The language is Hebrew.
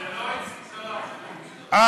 זה לא איציק זוהר, זה מיקי זוהר.